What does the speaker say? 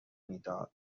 میداد